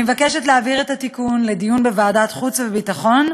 אני מבקשת להעביר את התיקון לדיון בוועדת חוץ וביטחון,